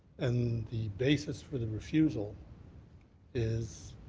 and the basis for the refusal is